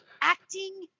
acting